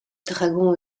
dragon